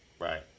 Right